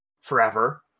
forever